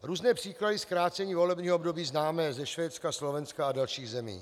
Různé příklady zkrácení volebního období známe ze Švédska, Slovenska a dalších zemí.